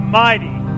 mighty